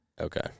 Okay